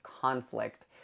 conflict